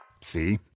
See